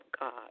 God